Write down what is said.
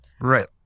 Right